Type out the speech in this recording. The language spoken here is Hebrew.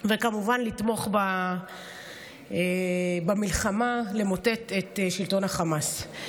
וכמובן לתמוך במלחמה למוטט את שלטון החמאס.